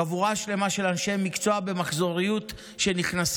חבורה שלמה של אנשי מקצוע שנכנסים במחזוריות למשק.